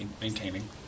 Maintaining